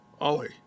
Ollie